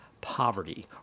poverty